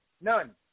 None